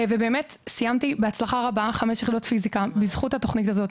באמת סיימתי בהצלחה רבה חמש יחידות פיזיקה בזכות התכנית הזו,